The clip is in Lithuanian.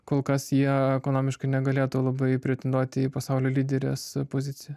kol kas jie ekonomiškai negalėtų labai pretenduoti į pasaulio lyderės poziciją